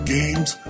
Games